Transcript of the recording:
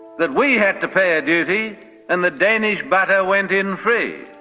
that we had to pay a duty and that danish butter went in free.